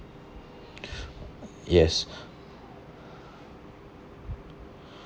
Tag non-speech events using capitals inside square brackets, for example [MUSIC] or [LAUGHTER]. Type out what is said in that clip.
[BREATH] yes [BREATH]